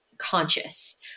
conscious